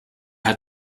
hat